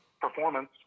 performance